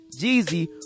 Jeezy